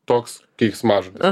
toks keiksmažodis